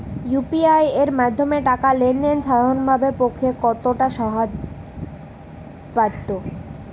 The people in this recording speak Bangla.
ইউ.পি.আই এর মাধ্যমে টাকা লেন দেন সাধারনদের পক্ষে কতটা সহজসাধ্য?